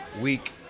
week